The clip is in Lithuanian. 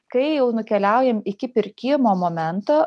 kai jau nukeliaujam iki pirkimo momento